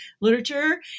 literature